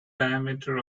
diameter